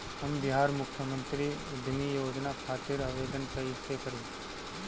हम बिहार मुख्यमंत्री उद्यमी योजना खातिर आवेदन कईसे करी?